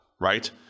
Right